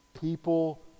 people